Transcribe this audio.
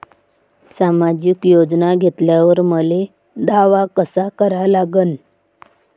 सामाजिक योजना घेतल्यावर मले दावा कसा करा लागन?